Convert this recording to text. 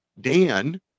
Dan